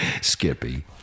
Skippy